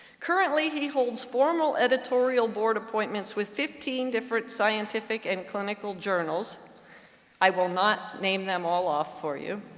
currently, he holds formal editorial board appointments with fifteen different scientific and clinical journals i will not name them all off for you.